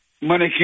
money